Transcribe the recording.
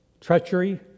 Treachery